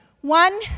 One